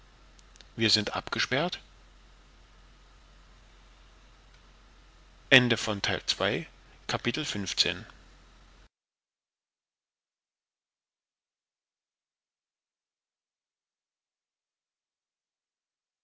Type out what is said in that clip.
wir sind abgesperrt